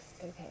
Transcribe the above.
Okay